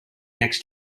next